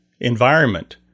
environment